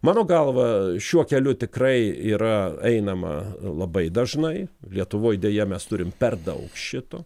mano galva šiuo keliu tikrai yra einama labai dažnai lietuvoj deja mes turim per daug šito